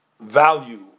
value